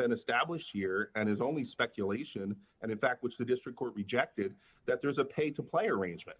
been established here and is only speculation and in fact was the district court rejected that there is a pay to play arrangement